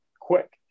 quick